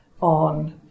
on